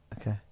Okay